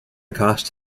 cost